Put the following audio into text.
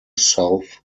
south